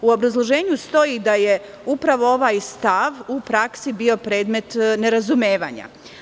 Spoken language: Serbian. U obrazloženju stoji da je upravo ovaj stav u praksi bio predmet nerazumevanja.